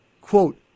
quote